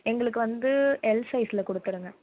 எங்களுக்கு வந்து எல் சைஸில் கொடுத்துருங்க